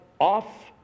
off